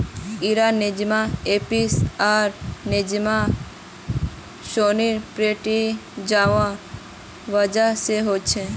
इरा Nosema apis आर Nosema ceranae protozoa वजह से होछे